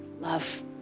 love